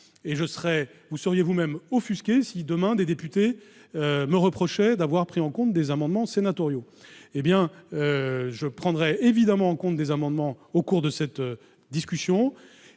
pas de vous offusquer si, demain, des députés me reprochaient d'avoir pris en compte des amendements sénatoriaux. Je prendrai évidemment en compte tous les amendements au cours de cette discussion,